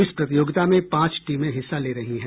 इस प्रतियोगिता में पांच टीमें हिस्सा ले रही हैं